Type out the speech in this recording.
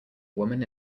woman